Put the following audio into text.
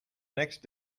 next